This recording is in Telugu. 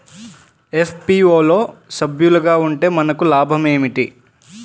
ఎఫ్.పీ.ఓ లో సభ్యులుగా ఉంటే మనకు లాభం ఏమిటి?